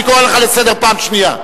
אני קורא לך לסדר פעם שנייה,